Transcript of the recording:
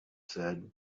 said